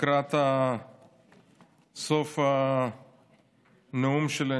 לקראת סוף הנאום שלי,